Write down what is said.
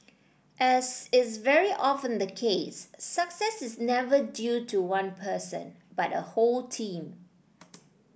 as is very often the case success is never due to one person but a whole team